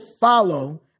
follow